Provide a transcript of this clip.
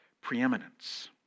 preeminence